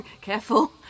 Careful